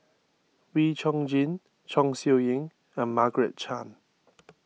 Wee Chong Jin Chong Siew Ying and Margaret Chan